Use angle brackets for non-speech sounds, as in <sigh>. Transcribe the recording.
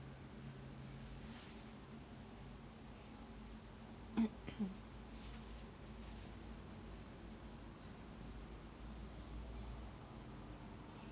<coughs>